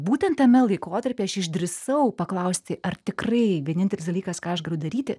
būtent tame laikotarpyje aš išdrįsau paklausti ar tikrai vienintelis dalykas ką aš galiu daryti